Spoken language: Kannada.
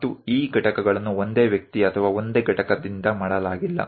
ಮತ್ತು ಈ ಘಟಕಗಳನ್ನು ಒಂದೇ ವ್ಯಕ್ತಿ ಅಥವಾ ಒಂದೇ ಘಟಕದಿಂದ ಮಾಡಲಾಗಿಲ್ಲ